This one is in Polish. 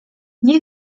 nie